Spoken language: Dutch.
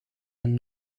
een